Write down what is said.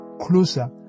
closer